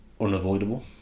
unavoidable